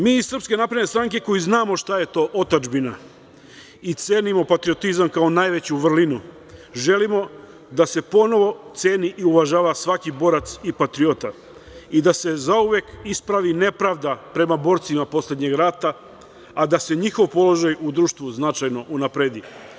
Mi, iz SNS, koji znamo šta je to otadžbina i cenimo patriotizam, kao najveću vrlinu, želimo da se ponovo ceni i uvažava svaki borac i patriota i da se zauvek ispravi nepravda prema borcima poslednjeg rata, a da se njihov položaj, u društvu, značajno unapredi.